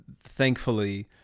thankfully